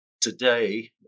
today